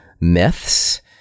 myths